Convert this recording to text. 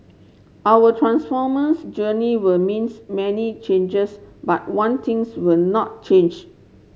our transformers journey will means many changes but one things will not change